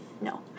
No